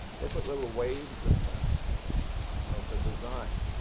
they put little waves in the back of the design.